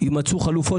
יימצאו חלופות.